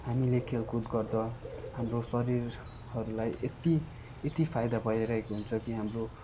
हामीले खेलकुद गर्दा हाम्रो शरीरहरूलाई यति यति फाइदा भइरहेको हुन्छ कि हाम्रो